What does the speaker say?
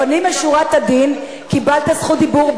לפנים משורת הדין קיבלת זכות דיבור,